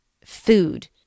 food